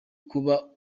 kuba